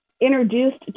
introduced